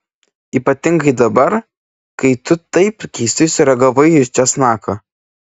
ypatingai dabar kai tu taip keistai sureagavai į česnaką